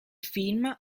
film